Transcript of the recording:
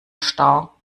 star